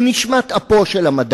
הוא נשמת אפו של המדע.